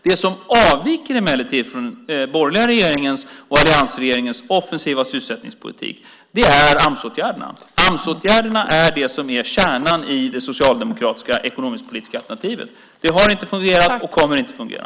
Det som emellertid avviker från den borgerliga alliansregeringens offensiva sysselsättningspolitik är Amsåtgärderna. Amsåtgärderna är det som är kärnan i det socialdemokratiska ekonomiskpolitiska alternativet. Det har inte fungerat och kommer inte att fungera.